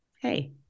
hey